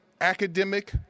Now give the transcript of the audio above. academic